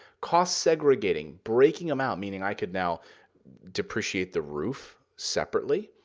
cost segregating, breaking them out, meaning i could now depreciate the roof separately.